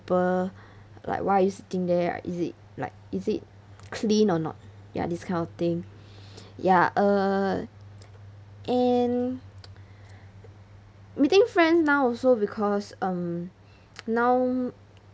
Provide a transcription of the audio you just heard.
like why are you sitting there is it like is it clean or not ya this kind of thing ya err and meeting friends now also because um now